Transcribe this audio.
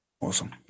Awesome